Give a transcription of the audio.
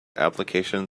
application